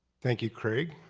thank you, craig.